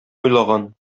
уйлаган